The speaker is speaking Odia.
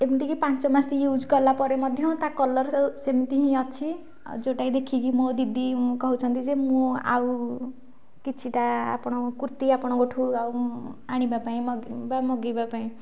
ଏମିତିକି ପାଞ୍ଚମାସ ୟୁଜ୍ କଲାପରେ ମଧ୍ୟ ତା' କଲର ସେମିତି ହିଁ ଅଛି ଆ ଯେଉଁଟାକି ଦେଖିକି ମୋ ଦିଦି କହୁଛନ୍ତି ଯେ ମୁଁ ଆଉ କିଛିଟା ଆପଣ କୁର୍ତ୍ତୀ ଆପଣଙ୍କଠାରୁ ଆଉ ଆଣିବାପାଇଁ ବା ମଗେଇବାପାଇଁ